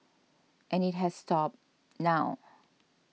and it has stop now